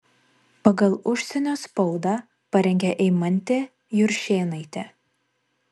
pagal užsienio spaudą parengė eimantė juršėnaitė